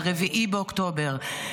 ב-4 באוקטובר.